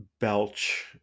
belch